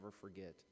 forget